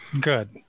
Good